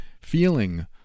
feeling